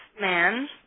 man